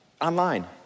online